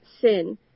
sin